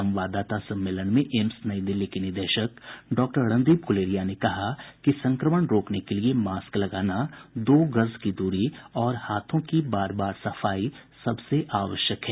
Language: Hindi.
संवाददाता सम्ममेलन में एम्स नई दिल्ली के निदेशक डॉक्टर रणदीप गूलेरिया ने कहा कि संक्रमण रोकने के लिये मास्क लगाना दो गज की द्री और हाथों की बार बार सफाई सबसे आवश्यक है